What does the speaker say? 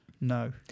no